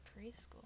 preschool